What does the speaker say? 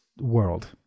world